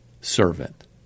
servant